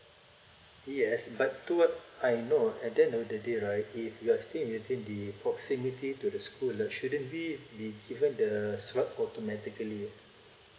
yes but to what I know ah and then on that day right if you are stay within the proximity to the school shouldn't be we given the swap automatically